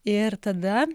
ir tada